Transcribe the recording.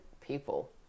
people